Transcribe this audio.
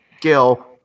Gil